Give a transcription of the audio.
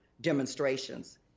demonstrations